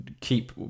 keep